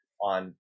on